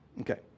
Okay